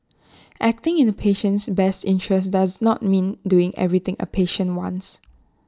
acting in A patient's best interests does not mean doing everything A patient wants